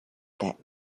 that